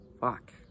Fuck